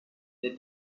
that